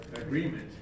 Agreement